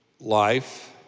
life